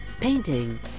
painting